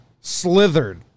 Slithered